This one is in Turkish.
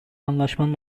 anlaşmanın